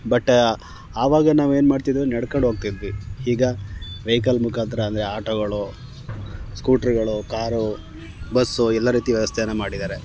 but ಆವಾಗ ನಾವೇನು ಮಾಡ್ತಿದ್ವಿ ನಡ್ಕೊಂಡು ಹೋಗ್ತಿದ್ವಿ ಈಗ ವೆಯಿಕಲ್ ಮುಖಾಂತರ ಅಂದರೆ ಆಟೋಗಳು ಸ್ಕೂಟ್ರ್ಗಳು ಕಾರು ಬಸ್ಸು ಎಲ್ಲ ರೀತಿ ವ್ಯವಸ್ಥೆಯನ್ನು ಮಾಡಿದ್ದಾರೆ